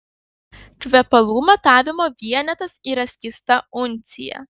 kvepalų matavimo vienetas yra skysta uncija